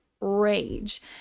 rage